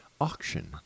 auction